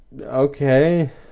Okay